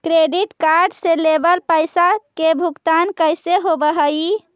Credit card से लेवल पैसा के भुगतान कैसे होव हइ?